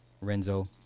Renzo